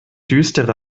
düstere